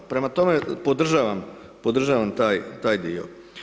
Prema tome podržavam taj dio.